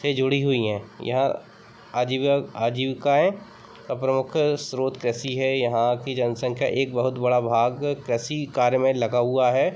से जुड़ी हुई हैं यहाँ आजीवा आजीविकाएँ का प्रमुख स्रोत कृषि है यहाँ की जनसंख्या एक बहुत बड़ा भाग कृषि कार्य में लगा हुआ है